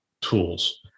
tools